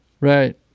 right